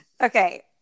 Okay